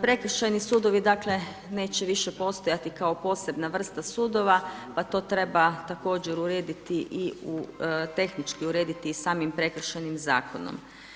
Prekršajni sudovi dakle neće više postojati kao posebna vrsta sudova pa to treba također urediti i u, tehnički urediti i samim Prekršajnim zakonom.